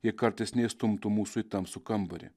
jei kartais neįstumtų mūsų į tamsų kambarį